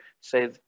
say